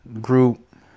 group